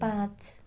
पाँच